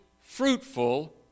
fruitful